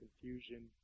confusion